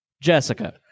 Jessica